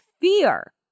fear